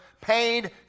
paid